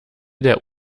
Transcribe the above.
der